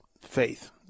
faith